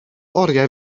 oriau